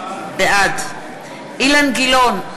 בעד אילן גילאון,